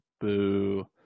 Boo